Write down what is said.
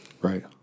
Right